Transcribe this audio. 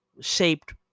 shaped